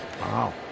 wow